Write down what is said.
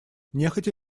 нехотя